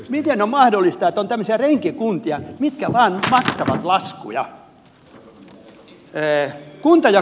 miten on mahdollista että on tämmöisiä renkikuntia mitkä vain maksavat laskuja